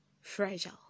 fragile